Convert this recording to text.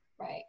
Right